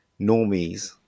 normies